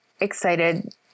excited